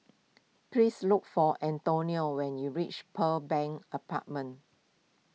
please look for Antonia when you reach Pearl Bank Apartment